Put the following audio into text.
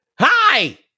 Hi